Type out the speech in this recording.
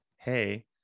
hey